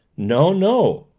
no, no!